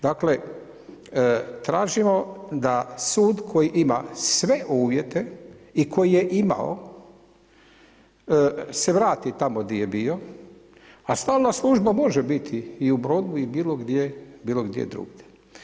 Dakle, tražimo da sud koji ima sve uvjete i koji je imao se vrati tamo gdje je bio a stalna služba može biti i u Brodu i bilo gdje drugdje.